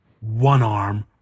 One-arm